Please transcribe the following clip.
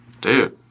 Dude